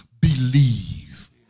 believe